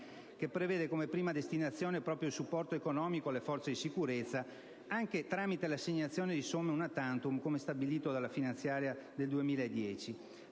che prevede come prima destinazione proprio il supporto economico alle forze di sicurezza, anche tramite l'assegnazione di somme *una tantum*, come stabilito dalla finanziaria del 2010.